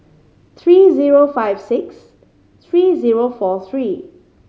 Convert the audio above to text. three zero five six three zero four three